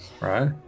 right